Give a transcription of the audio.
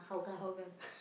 Hougang